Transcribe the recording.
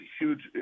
Huge